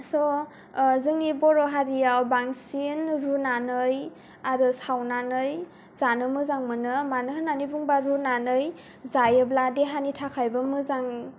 स' जोंनि बर' हारियाव बांसिन रुनानै आरो सावनानै जानो मोजां मोनो मानो होननानै बुङोब्ला रुनानै जायोब्ला देहानि थाखायबो मोजां